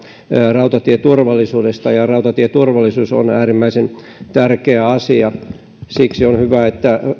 rautatieturvallisuudesta ja rautatieturvallisuus on äärimmäisen tärkeä asia siksi on hyvä että